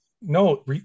No